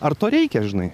ar to reikia žinai